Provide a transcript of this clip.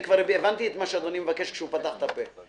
אני כבר הבנתי את מה שאדוני מבקש כשהוא פתח את הפה.